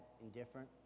indifferent